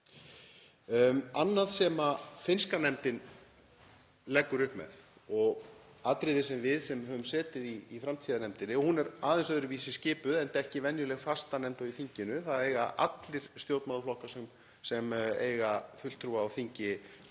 Annað sem finnska nefndin leggur upp með og er atriði sem við sem höfum setið í framtíðarnefndinni — og hún er aðeins öðruvísi skipuð enda ekki venjuleg fastanefnd í þinginu. Allir stjórnmálaflokkar sem eiga fulltrúa á þingi